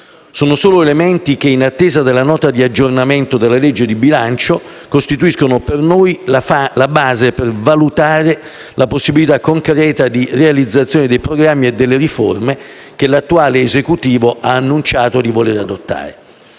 Sono solo elementi che, in attesa della Nota di aggiornamento della legge di bilancio, costituiscono per noi la base per valutare la possibilità concreta di realizzazione dei programmi e delle riforme che l'attuale Esecutivo ha annunciato di volere adottare.